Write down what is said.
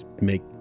make